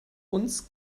uns